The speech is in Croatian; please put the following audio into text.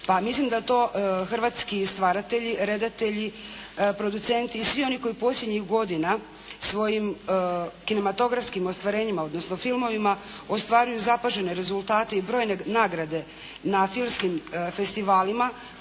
mislim da to hrvatski stvaratelji, redatelji, producenti i svi oni koji posljednjih godina svojim kinematografskim ostvarenjima, odnosno filmovima ostvaruju zapažene rezultate i brojne nagrade na filmskim festivalima